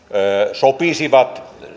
sopisivat